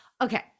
Okay